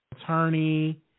attorney